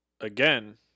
again